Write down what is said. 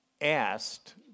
asked